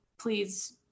please